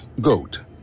goat